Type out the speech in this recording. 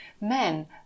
men